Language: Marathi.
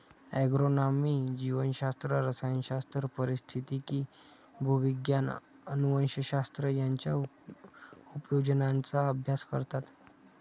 ॲग्रोनॉमी जीवशास्त्र, रसायनशास्त्र, पारिस्थितिकी, भूविज्ञान, अनुवंशशास्त्र यांच्या उपयोजनांचा अभ्यास करतात